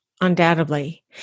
undoubtedly